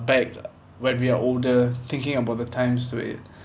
back uh when we are older thinking about the times where